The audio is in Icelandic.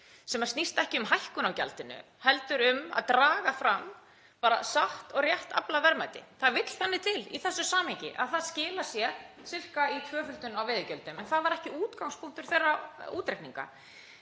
sem snýst ekki um hækkun á gjaldinu heldur um að draga fram bara satt og rétt aflaverðmæti. Það vill þannig til í þessu samhengi að það skilar sé sirka í tvöföldun á veiðigjöldum, en það var ekki útgangspunktur þeirra útreikninga.